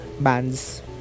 Bands